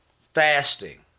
Fasting